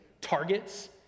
targets